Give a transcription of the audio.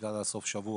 בגלל סוף השבוע.